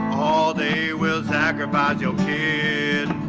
oh they will sacrifice your kid.